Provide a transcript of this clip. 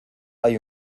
hay